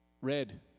red